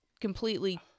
completely